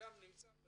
אדם היה במהלך